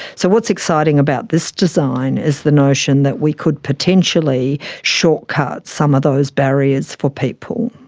so what's exciting about this design is the notion that we could potentially shortcut some of those barriers for people.